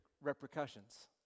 repercussions